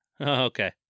okay